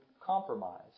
compromise